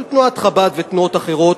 של תנועת חב"ד ותנועות אחרות,